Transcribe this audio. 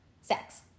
Sex